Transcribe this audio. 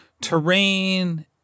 terrain